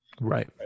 Right